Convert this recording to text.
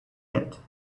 yet